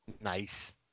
Nice